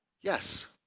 Yes